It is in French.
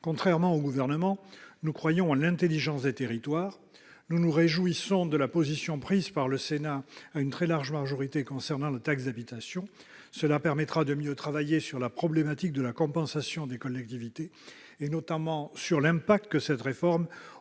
Contrairement au Gouvernement, nous croyons en l'intelligence des territoires. Nous nous réjouissons de la position prise par le Sénat, à une très large majorité, concernant la taxe d'habitation. Elle permettra de mieux travailler la problématique de la compensation des collectivités- je pense notamment à l'impact de cette réforme sur